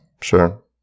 Sure